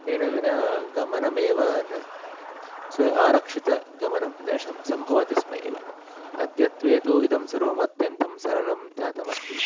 तेन विना गमनमेव न स्व आरक्षितगमनं न शं सम्भवति स्म एव अद्यत्वे तु इदं सर्वम् अत्यन्तं सरलं जातम् अस्ति